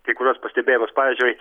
kai kuriuos pastebėjimus pavyzdžiui